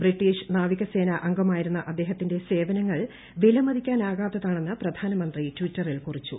British നാവികസേന അംഗമായിരുന്ന അദ്ദേഹത്തിന്റെ സേവനങ്ങൾ വിലമതിക്കാനാകാത്തതാണെണ് പ്രധാനമന്ത്രി ട്വിറ്ററിൽ കുറിച്ചു